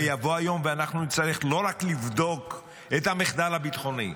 יבוא היום ואנחנו נצטרך לא רק לבדוק את המחדל הביטחוני,